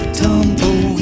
tumble